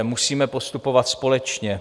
Musíme postupovat společně.